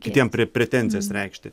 kitiems pretenzijas reikšti